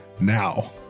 now